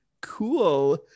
Cool